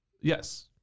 Yes